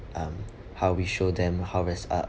um how we show them how res~ uh